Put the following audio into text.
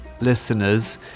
listeners